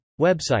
Website